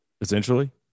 Essentially